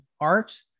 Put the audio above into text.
art